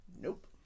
Nope